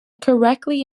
correctly